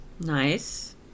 nice